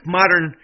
modern